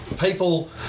people